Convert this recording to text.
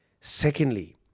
Secondly